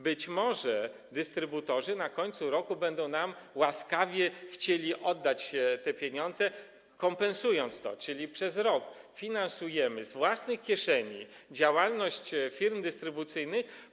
Być może dystrybutorzy na końcu roku będą nam łaskawie chcieli oddać te pieniądze, kompensując to, czyli przez rok finansujemy z własnych kieszeni działalność firm dystrybucyjnych.